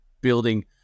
building